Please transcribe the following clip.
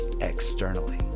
externally